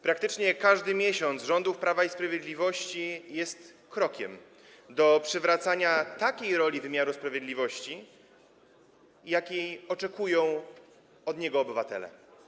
Praktycznie każdy miesiąc rządów Prawa i Sprawiedliwości jest krokiem na drodze do przywracania takiej roli wymiaru sprawiedliwości, jakiej oczekują od niego obywatele.